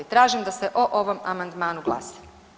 Tražim da se o ovom amandmanu glasa.